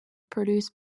produced